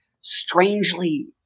strangely